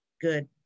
good